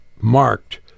marked